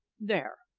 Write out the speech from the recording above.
there!